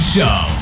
Show